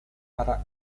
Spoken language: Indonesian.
arak